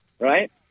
right